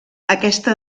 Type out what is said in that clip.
aquesta